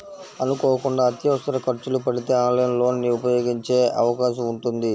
అనుకోకుండా అత్యవసర ఖర్చులు పడితే ఆన్లైన్ లోన్ ని ఉపయోగించే అవకాశం ఉంటుంది